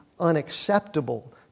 unacceptable